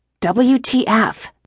WTF